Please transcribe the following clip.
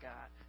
God